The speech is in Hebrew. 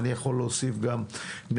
ואני יכול להוסיף גם נכדנו.